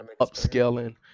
upscaling